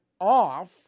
off